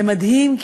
זה מדהים,